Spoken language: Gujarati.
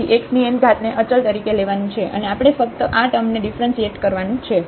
તેથી xn ને અચલ તરીકે લેવાનું છે અને આપણે ફક્ત આ ટર્મ ને ડિફ્રન્સિએટ કરવાનું છે